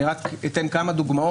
אני אתן רק כמה דוגמאות.